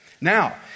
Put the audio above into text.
Now